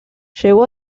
llegó